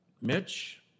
Mitch